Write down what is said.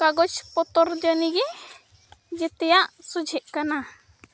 ᱠᱟᱜᱚᱡᱽ ᱯᱚᱛᱛᱚᱨ ᱡᱟᱱᱤᱡᱜᱮ ᱡᱮᱛᱮᱭᱟ ᱥᱳᱡᱷᱮᱜ ᱠᱟᱱᱟ